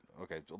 Okay